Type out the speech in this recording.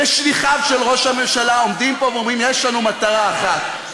ושליחיו של ראש הממשלה עומדים פה ואומרים: יש לנו מטרה אחת,